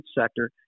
sector